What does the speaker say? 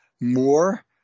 more